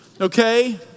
okay